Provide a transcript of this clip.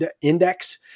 index